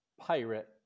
pirate